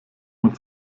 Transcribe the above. man